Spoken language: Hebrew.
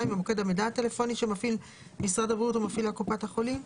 במוקד המידע הטלפוני שמפעיל משרד הבריאות ומפעילה קופת החולים.